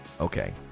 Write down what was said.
Okay